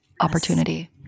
opportunity